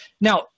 Now